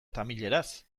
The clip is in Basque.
tamileraz